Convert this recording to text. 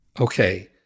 Okay